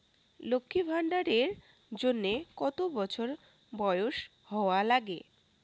লক্ষী ভান্ডার এর জন্যে কতো বছর বয়স হওয়া লাগে?